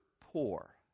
poor